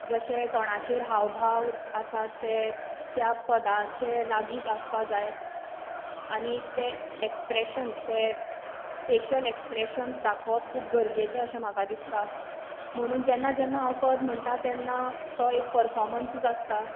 जशे तोंडाचेर हावभाव आसा ते त्या पदाच्या लागींच आसपाक जाय आनी ते एक्सप्रेशन्स तें फेशीयल एक्सप्रेशन्स दाखोवप खूब गरजेचें अशें म्हाका दिसता म्हणून जेन्ना जेन्ना हांव पद म्हणटा तेन्ना तो एक परफोमन्सूच आसता